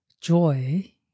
joy